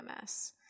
MS